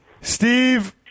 steve